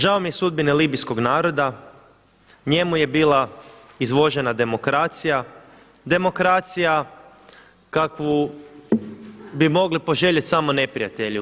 Žao mi je sudbine libijskog naroda, njemu je bila izvožena demokracija, demokracija kakvu bi mogli poželjeli samo neprijatelji.